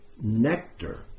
nectar